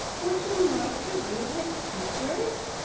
would you like to read with teachers?